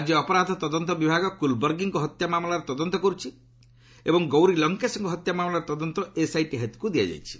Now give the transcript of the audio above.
ରାଜ୍ୟ ଅପରାଧ ତଦନ୍ତ ବିଭାଗ କୁଲବର୍ଗୀଙ୍କ ହତ୍ୟା ମାମଲାର ତଦନ୍ତ କରୁଛି ଏବଂ ଗୌରୀ ଲଙ୍କେଶଙ୍କ ହତ୍ୟା ମାମଲାର ତଦନ୍ତ ଏସ୍ଆଇଟି ହାତକୁ ଦିଆଯାଇଛି